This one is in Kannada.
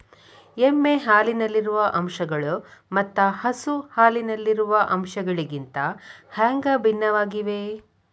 ಎಮ್ಮೆ ಹಾಲಿನಲ್ಲಿರುವ ಅಂಶಗಳು ಮತ್ತ ಹಸು ಹಾಲಿನಲ್ಲಿರುವ ಅಂಶಗಳಿಗಿಂತ ಹ್ಯಾಂಗ ಭಿನ್ನವಾಗಿವೆ?